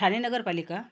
ठाणे नगरपालिका